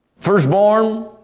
firstborn